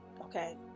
okay